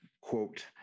quote